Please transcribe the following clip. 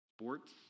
sports